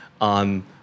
on